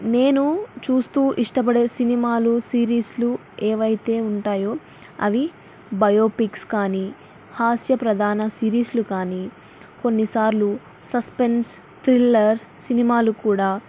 నేను చూస్తూ ఇష్టపడే సినిమాలు సిరీస్లు ఏవైతే ఉంటాయో అవి బయోపిక్స్ కానీ హాస్య ప్రధాన సిరీస్లు కానీ కొన్నిసార్లు సస్పెన్స్ థ్రిల్లర్ సినిమాలు కూడా